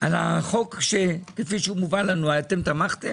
החוק כפי שמובא לנו, תמכתם?